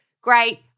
great